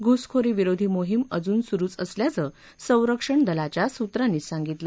घुसखोरीविरोधी मोहीम अजून सुरुच असल्याचं संरक्षण दलाच्या सूत्रांनी सांगितलं